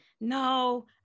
no